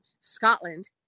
Scotland